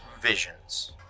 visions